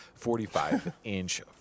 45-inch